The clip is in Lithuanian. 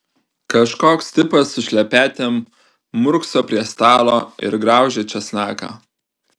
kažkoks tipas su šlepetėm murkso prie stalo ir graužia česnaką